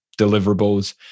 deliverables